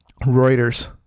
Reuters